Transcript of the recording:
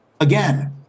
Again